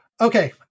Okay